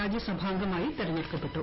രാജ്യസഭാംഗമായി തെരഞ്ഞെടുക്കപ്പെട്ടു